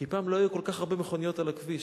היא שפעם לא היו כל כך הרבה מכוניות על הכביש.